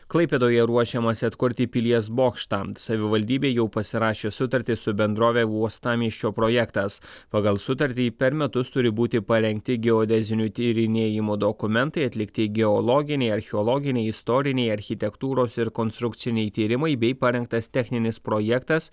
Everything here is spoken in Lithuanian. klaipėdoje ruošiamasi atkurti pilies bokštą savivaldybė jau pasirašė sutartį su bendrove uostamiesčio projektas pagal sutartį per metus turi būti parengti geodezinių tyrinėjimų dokumentai atlikti geologiniai archeologiniai istoriniai architektūros ir konstrukciniai tyrimai bei parengtas techninis projektas